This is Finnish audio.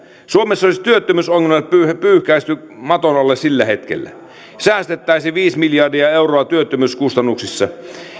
suomessa olisi työttömyysongelmat pyyhkäisty maton alle sillä hetkellä säästettäisiin viisi miljardia euroa työttömyyskustannuksissa